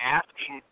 asking